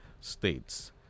states